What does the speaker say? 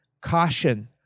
caution